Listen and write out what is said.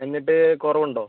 എന്നിട്ട് കുറവ് ഉണ്ടോ